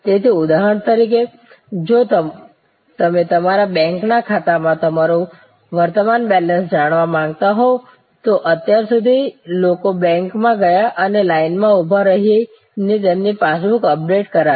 તેથી ઉદાહરણ તરીકે જો તમે તમારા બેંક ખાતામાં તમારું વર્તમાન બેલેન્સ જાણવા માંગતા હોવ તો અત્યાર સુધી લોકો બેંકમાં ગયા અને લાઇનમાં ઉભા રહીને તેમની પાસબુક અપડેટ કરાવી